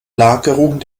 lagerung